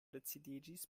decidiĝis